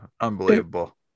Unbelievable